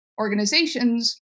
organizations